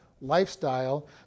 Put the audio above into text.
lifestyle